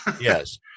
Yes